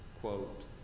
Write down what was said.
quote